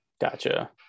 Gotcha